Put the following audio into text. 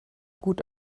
gut